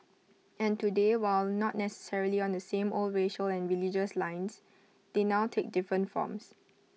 and today while not necessarily on the same old racial and religious lines they now take different forms